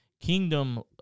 kingdom